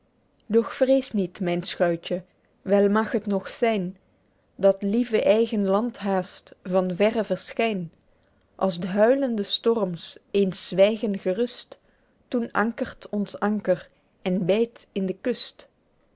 doch vrees niet myn schuitje wel mag het nog zyn dat t lieve eigen land haest van verre verschyn als d'huilende storrems eens zwygen gerust toen ankert ons anker en byt in de kust